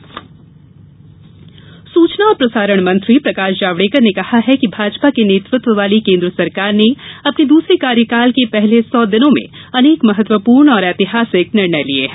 भाजपा सरकार सूचना और प्रसारण मंत्री प्रकाश जावड़ेकर ने कहा कि भाजपा के नेतृत्व वाली केन्द्र सरकार ने अपने दूसरे कार्यकाल के पहले सौ दिनों में अनेक महत्वपूर्ण और ऐतिहासिक निर्णय लिए हैं